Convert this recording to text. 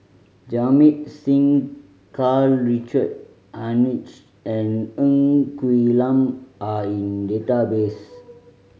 Jamit Singh Karl Richard Hanitsch and Ng Quee Lam are in database